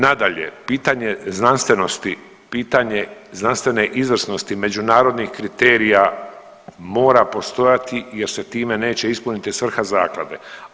Nadalje, pitanje znanstvenosti, pitanje znanstvene izvrsnosti međunarodnih kriterija mora postojati jer se time neće ispuniti svrha zaklade.